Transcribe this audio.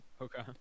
Okay